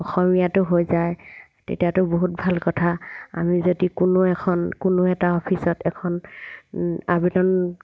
অসমীয়াটো হৈ যায় তেতিয়াতো বহুত ভাল কথা আমি যদি কোনো এখন কোনো এটা অফিচত এখন আবেদন